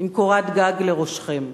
עם קורת גג לראשכם,